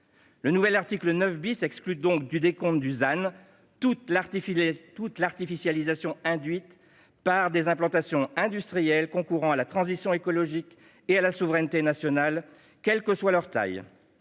Le nouvel article 9 exclut donc du décompte du ZAN toute artificialisation induite par des implantations industrielles concourant à la transition écologique et à la souveraineté nationale, quelle que soit leur taille.